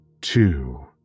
two